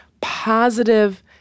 positive